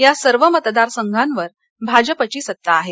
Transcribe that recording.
या सर्व मतदारसंघांवर भाजपाची सत्ता आहे